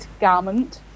garment